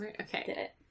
Okay